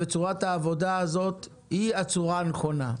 צורת העבודה הזאת היא הצורה הנכונה.